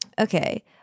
Okay